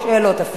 שאלות אפילו.